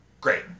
great